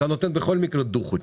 בכל מקרה נותן דו חודשי.